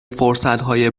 فرصتهای